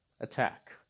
Attack